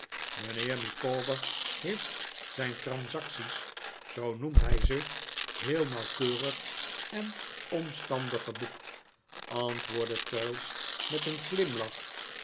mijnheer micawber heeft zijn transacties zoo noemt hij ze heel nauwkeurig en omstandig geboekt antwoordde traddles met een glimlach